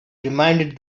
reminded